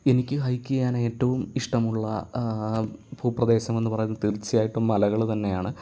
എനിക്ക് ഹൈക്ക് ചെയ്യാൻ ഏറ്റവും ഇഷ്ടമുള്ള ഭൂപ്രദേശം എന്ന് പറയുന്നത് തീർച്ചയായിട്ടും മലകൾ തന്നെയാണ്